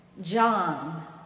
John